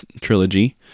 trilogy